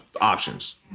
options